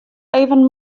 even